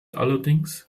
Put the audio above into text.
allerdings